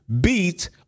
beat